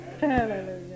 Hallelujah